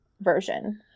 version